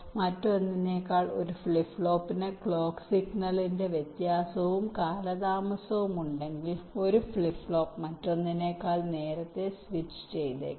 മറ്റൊന്നിനേക്കാൾ ഒരു ഫ്ലിപ്പ് ഫ്ലോപ്പിന് ക്ലോക്ക് സിഗ്നലിന്റെ വ്യത്യാസവും കാലതാമസവും ഉണ്ടെങ്കിൽ ഒരു ഫ്ലിപ്പ് ഫ്ലോപ്പ് മറ്റൊന്നിനേക്കാൾ നേരത്തെ സ്വിച്ച് ചെയ്തേക്കാം